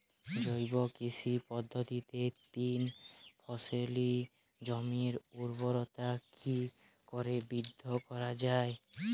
জৈব কৃষি পদ্ধতিতে তিন ফসলী জমির ঊর্বরতা কি করে বৃদ্ধি করা য়ায়?